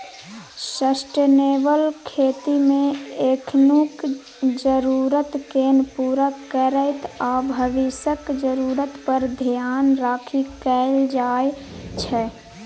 sustainable खेतीमे एखनुक जरुरतकेँ पुरा करैत आ भबिसक जरुरत पर धेआन राखि कएल जाइ छै